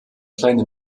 kleine